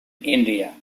india